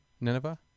Nineveh